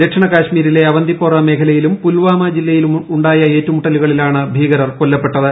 ദക്ഷിണ കശ്മീരിലെ അവന്തിപ്പോറ മേഖലയിലും പുൽവാമ ജില്ലയിലുമുണ്ടായ ഏറ്റുമുട്ടലുകളിലാണ് ഭീകരർ കൊല്ലപ്പെട്ടത്